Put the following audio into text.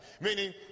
Meaning